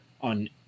on